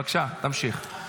בבקשה, תמשיך.